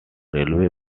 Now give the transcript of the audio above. railway